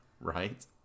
Right